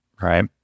right